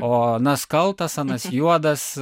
o anas kaltas anas juodas